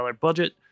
budget